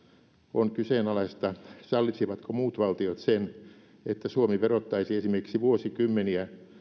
on kyseenalaista sallisivatko muut valtiot sen että suomi verottaisi esimerkiksi vuosikymmeniä